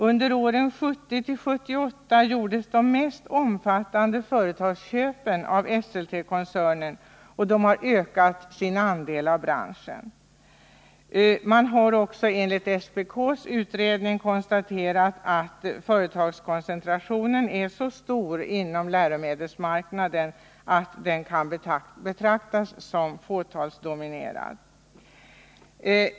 Under åren 1970-1978 gjordes de mest omfattande företagsköpen av Esseltekoncernen, och de har ökat sin andel i branschen. Man har också, enligt SPK:s utredning, konstaterat att företagskoncentrationen är så stor inom läromedelsmarknaden att denna kan betraktas som fåtalsdominerad.